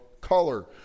color